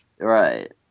Right